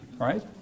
right